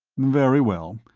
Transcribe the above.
very well.